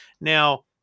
Now